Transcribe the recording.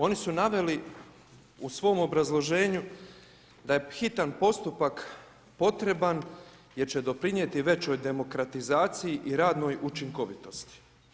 Oni su naveli u svom obrazloženju da je hitan postupak potreban jer će doprinijeti većoj demokratizaciji i radnoj učinkovitosti.